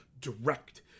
direct